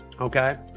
okay